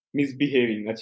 Misbehaving